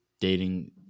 dating